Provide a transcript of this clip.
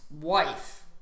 wife